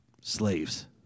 slaves